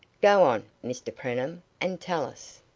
go on, mr preenham, and tell us.